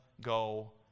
go